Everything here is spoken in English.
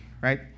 right